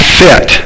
fit